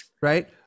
Right